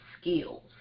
skills